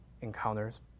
encounters